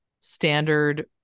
standard